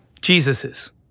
Jesus's